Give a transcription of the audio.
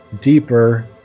deeper